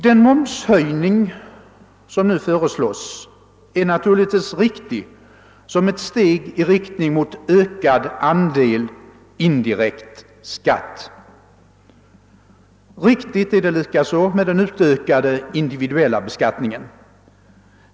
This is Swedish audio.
Den momshöjning som nu föreslås är naturligtvis riktig såsom ett steg på vägen mot ökad andel indirekt skatt. Riktigt är det likaså med en utökad individuell beskattning.